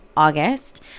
August